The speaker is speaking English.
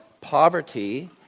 poverty